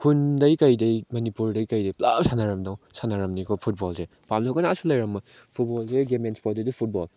ꯈꯨꯟꯗꯒꯤ ꯀꯩꯗꯒꯤ ꯃꯅꯤꯄꯨꯔꯗꯒꯤ ꯀꯩꯗꯒꯤ ꯄꯨꯂꯞ ꯁꯥꯟꯅꯔꯝꯗꯧ ꯁꯥꯟꯅꯔꯝꯅꯤꯀꯣ ꯐꯨꯠꯕꯣꯜꯁꯦ ꯄꯥꯝꯗꯕ ꯀꯅꯥꯁꯨ ꯂꯩꯔꯝꯃꯣꯏ ꯐꯤꯠꯕꯣꯜꯁꯦ ꯒꯦꯝ ꯑꯦꯟ ꯏꯁꯄꯣꯔꯠꯇꯗꯤ ꯐꯨꯠꯕꯣꯜ